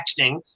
texting